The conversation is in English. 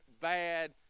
bad